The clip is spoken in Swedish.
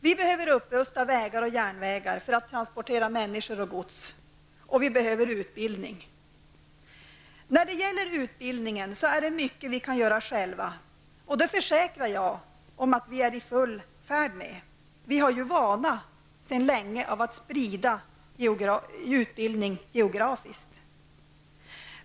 Vi behöver upprusta vägar och järnvägar för att transportera människor och gods, och vi behöver utbildning. När det gäller utbildningen är det mycket som vi kan göra själva, och jag försäkrar att vi är i full färd med det. Vi har sedan länge vana att sprida utbildning geografiskt.